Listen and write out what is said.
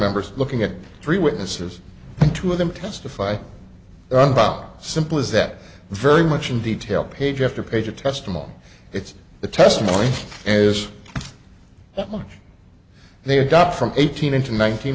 members looking at three witnesses and two of them testify about simplist that very much in detail page after page of testimony it's the testimony is that much they got from eighteen into nineteen